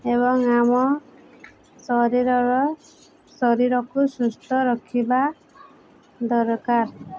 ଏବଂ ଆମ ଶରୀରର ଶରୀରକୁ ସୁସ୍ଥ ରଖିବା ଦରକାର